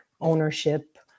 ownership